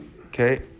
Okay